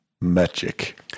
magic